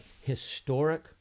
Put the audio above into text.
historic